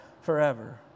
forever